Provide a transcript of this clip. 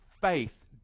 faith